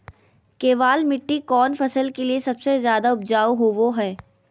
केबाल मिट्टी कौन फसल के लिए सबसे ज्यादा उपजाऊ होबो हय?